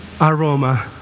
aroma